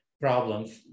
problems